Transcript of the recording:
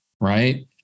Right